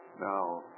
Now